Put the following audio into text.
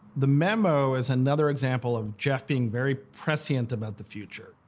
the memo is another example of jeff being very prescient about the future.